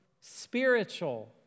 spiritual